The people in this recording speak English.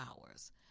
hours